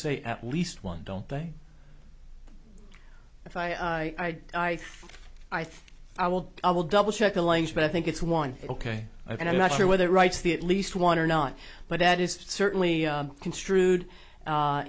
say at least one don't they if i i think i will i will double check the lines but i think it's one ok i'm not sure whether writes the at least one or not but that is certainly construed